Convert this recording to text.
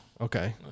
Okay